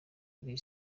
kuri